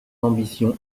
ambition